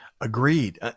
agreed